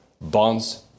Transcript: bonds